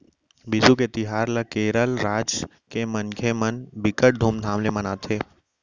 बिसु के तिहार ल केरल राज के मनखे मन बिकट धुमधाम ले मनाथे